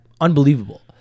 Unbelievable